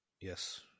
Yes